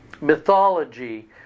mythology